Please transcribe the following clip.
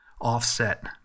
offset